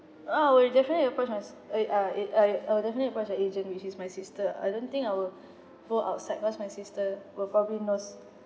oh a different approach must eh uh eh uh I'll definitely approach an agent which is my sister I don't think I'll go outside cause my sister will probably knows